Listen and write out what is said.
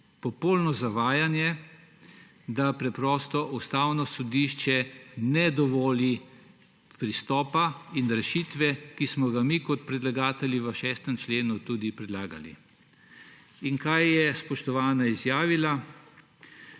Popolno zavajanje, da Ustavno sodišče ne dovoli pristopa in rešitve, ki smo ju mi kot predlagatelji v 6. členu predlagali. In kaj je spoštovana izjavila?